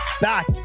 Back